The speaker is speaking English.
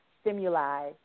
stimuli